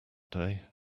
day